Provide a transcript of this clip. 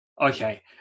Okay